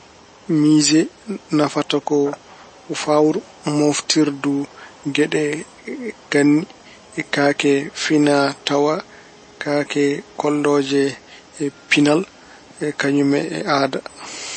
Miise nafata ko fawru mooftirdu geɗe ganni, kaake finaatawaa, kaake kollooje pinal e kañum e aada.